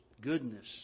Goodness